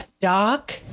Doc